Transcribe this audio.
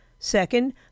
Second